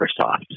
Microsoft